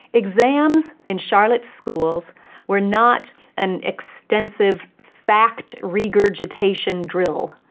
exams in charlotte's schools were not an extensive fact-regurgitation drill,